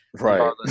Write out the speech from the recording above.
Right